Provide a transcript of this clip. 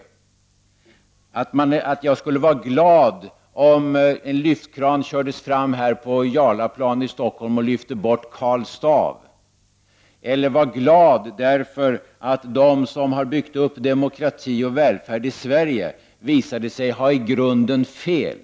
Föreställ er att jag skulle vara glad om en lyftkran kördes fram på Jarlaplan här i Stockholm och lyfte bort statyn av Karl Staaff eller att jag skulle vara glad därför att de som har byggt upp demokrati och välfärd i Sverige skulle visa sig ha i grunden fel.